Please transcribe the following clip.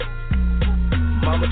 Mama